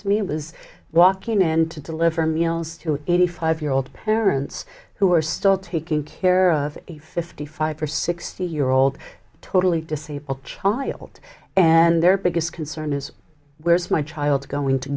to me was walking in to deliver meals to an eighty five year old parents who are still taking care of a fifty five or sixty year old totally disabled child and their biggest concern is where is my child going to